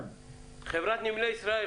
חברת נמלי ישראל,